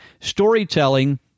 Storytelling